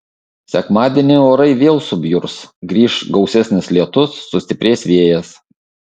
sekmadienį orai vėl subjurs grįš gausesnis lietus sustiprės vėjas